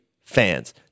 fans